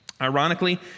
Ironically